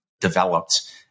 developed